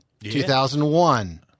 2001